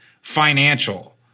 financial